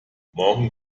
morgen